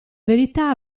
verità